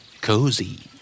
Cozy